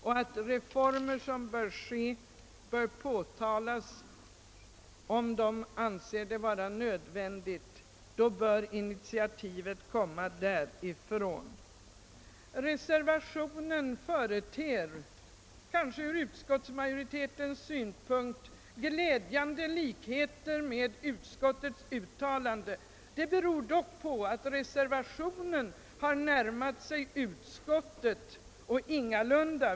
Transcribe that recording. Initiativ till reformer som är nödvändiga bör komma från dem. Reservationen företer en för utskottsmajoriteten kanske glädjande likhet med utskottets utlåtande. Det beror dock på att reservanterna har närmat sig utskottsmajoriteten.